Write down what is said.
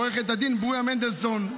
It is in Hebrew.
עו"ד ברוריה מנדלסון,